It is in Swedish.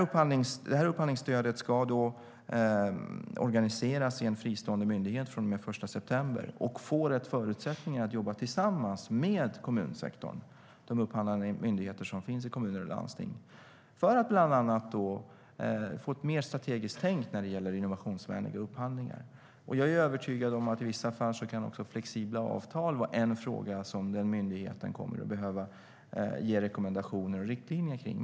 Upphandlingsstödet ska organiseras i en fristående myndighet från och med den 1 september, som får rätt förutsättningar att jobba tillsammans med kommunsektorn, de upphandlande myndigheter som finns i kommuner och landsting, för att man bland annat ska få ett mer strategiskt tänk när det gäller innovationsvänliga upphandlingar. Jag är övertygad om att också flexibla avtal i vissa fall kan vara en fråga som den myndigheten kommer att behöva ge rekommendationer och riktlinjer kring.